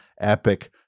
epic